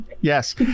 Yes